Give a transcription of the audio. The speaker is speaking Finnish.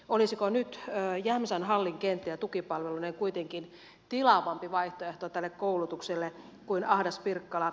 olisiko nyt jämsän hallin kenttä tukipalveluineen kuitenkin tilavampi vaihtoehto tälle koulutukselle kuin ahdas pirkkala